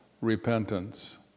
repentance